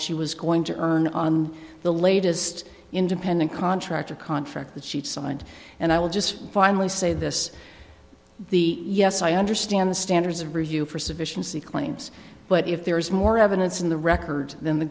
she was going to earn on the latest independent contractor contract that she signed and i will just finally say this the yes i understand the standards of review for sufficiency claims but if there is more evidence in the record than the